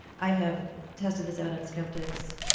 i have tested this out on skeptics.